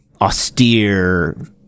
austere –